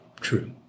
True